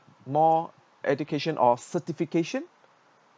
more education or certification